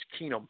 Keenum